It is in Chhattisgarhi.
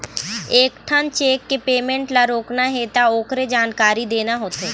एकेठन चेक के पेमेंट ल रोकना हे त ओखरे जानकारी देना होथे